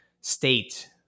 state